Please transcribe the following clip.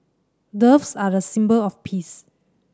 doves are a symbol of peace